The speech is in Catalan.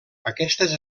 aquestes